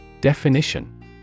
Definition